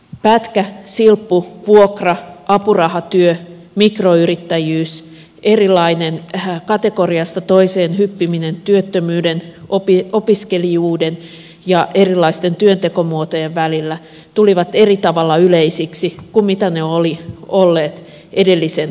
pätkä silppu vuokra ja apurahatyö mikroyrittäjyys erilainen kategoriasta toiseen hyppiminen työttömyyden opiskelijuuden ja erilaisten työntekomuotojen välillä tulivat eri tavalla yleisiksi kuin mitä ne olivat olleet edellisen sukupolven aikana